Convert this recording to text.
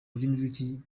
rurimi